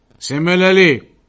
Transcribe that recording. Similarly